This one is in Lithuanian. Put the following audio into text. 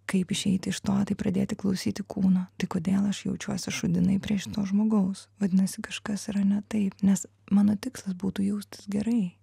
kaip išeiti iš to tai pradėti klausyti kūno tai kodėl aš jaučiuosi šūdinai prieš to žmogaus vadinasi kažkas yra ne taip nes mano tikslas būtų jaustis gerai